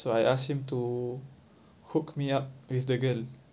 so I asked him to hook me up with the girl